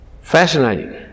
Fascinating